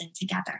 together